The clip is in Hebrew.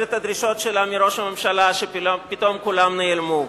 את הדרישות שלה מראש הממשלה כשפתאום כולן נעלמו.